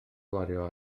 gwario